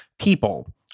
people